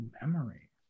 memory